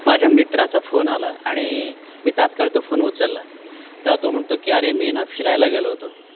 माझ्या मित्राचा फोन आला आणि मी तात्काळ तो फोन उचलला त्यावर तो म्हणतो की अरे मी ना फिरायला गेलो होतो